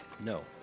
No